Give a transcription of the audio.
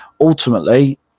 ultimately